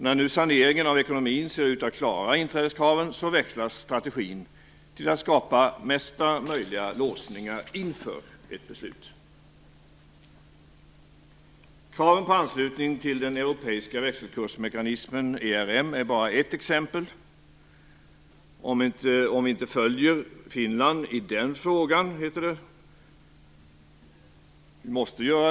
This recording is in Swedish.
När nu saneringen av ekonomin gör att vi ser ut att klara inträdeskraven växlar man strategi och övergår till att skapa mesta möjliga låsningar inför ett beslut. Kraven på anslutning till den europeiska växelkursmekanismen, ERM, är bara ett exempel. Det heter att vi måste följa Finland i den frågan.